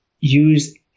use